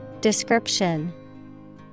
Description